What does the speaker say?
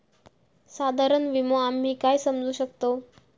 साधारण विमो आम्ही काय समजू शकतव?